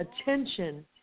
attention